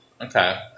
Okay